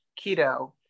keto